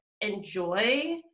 enjoy